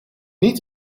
niet